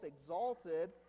exalted